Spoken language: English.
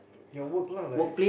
your work lah like